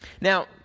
Now